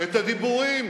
את הדיבורים